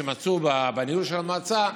שמצאו בניהול של המועצה,